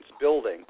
building